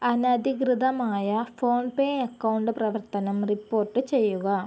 അനധികൃതമായ PhonePe account പ്രവർത്തനം report ചെയ്യുക